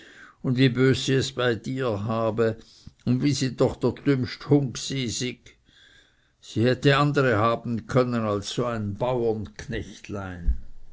und wie bös sie es bei dir habe und wie sie doch dr dümmst hung gsy syg sie hätte andere haben können als so ein